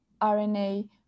RNA